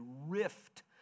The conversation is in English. rift